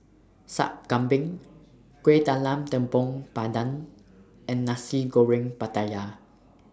Sup Kambing Kuih Talam Tepong Pandan and Nasi Goreng Pattaya